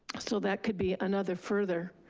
so that could be another further